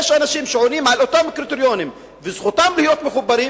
יש אנשים שעונים על אותם קריטריונים וזכותם להיות מחוברים,